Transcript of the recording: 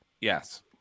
Yes